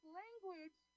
language